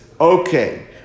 okay